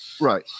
Right